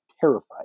terrified